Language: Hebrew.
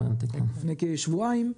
לפני כשבועיים,